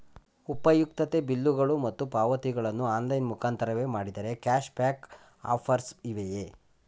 ಉಪಯುಕ್ತತೆ ಬಿಲ್ಲುಗಳು ಮತ್ತು ಪಾವತಿಗಳನ್ನು ಆನ್ಲೈನ್ ಮುಖಾಂತರವೇ ಮಾಡಿದರೆ ಕ್ಯಾಶ್ ಬ್ಯಾಕ್ ಆಫರ್ಸ್ ಇವೆಯೇ?